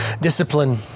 Discipline